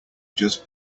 just